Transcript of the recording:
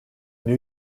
new